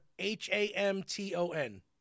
H-A-M-T-O-N